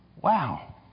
wow